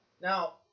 Now